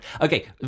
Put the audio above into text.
Okay